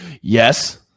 Yes